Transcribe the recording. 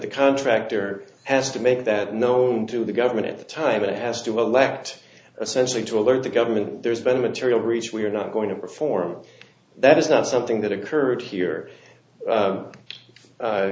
the contractor has to make that known to the government at the time it has to go lacked essentially to alert the government there's been a material breach we are not going to perform that is not something that occurred here